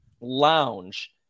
lounge